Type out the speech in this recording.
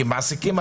כי מעסיקים,